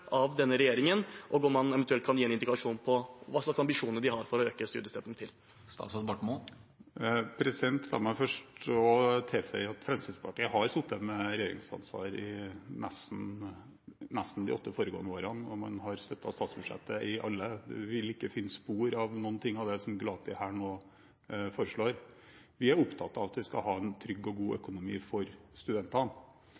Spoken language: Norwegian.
av denne regjeringen, og om han eventuelt kan gi en indikasjon på hva slags ambisjoner de har for å øke studiestøtten. La meg først tilføye at Fremskrittspartiet har sittet med regjeringsansvar i nesten de åtte foregående årene, og man har støttet statsbudsjettet i alle. Man vil ikke finne spor av noe av det Gulati her nå foreslår. Vi er opptatt av at vi skal ha en trygg og god